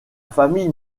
famille